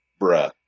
Bruh